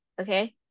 okay